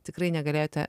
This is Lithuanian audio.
tikrai negalėjote